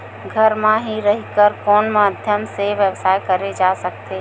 घर म हि रह कर कोन माध्यम से व्यवसाय करे जा सकत हे?